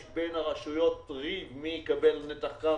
יש בין הרשויות ריב מי יקבל נתח קרקע.